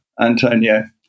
Antonio